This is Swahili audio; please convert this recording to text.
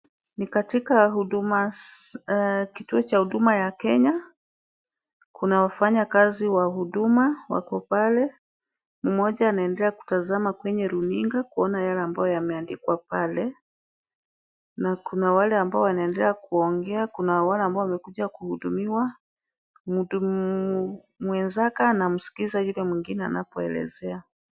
Ni katika huduma. Kituo cha huduma ya Kenya, kuna wafanyakazi wa huduma wako pale. Mmoja anaendelea kutazama kwenye runinga kuona yale ambayo yameandikwa pale, na kuna wale ambao wanaendelea kuongea kuna wale ambao wamekuja kuhudumiwa. Muhudumu mwenzake anamskiza yule mwingine anapoelezea